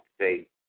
say